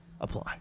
apply